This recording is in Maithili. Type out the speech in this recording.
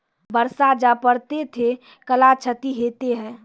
बरसा जा पढ़ते थे कला क्षति हेतै है?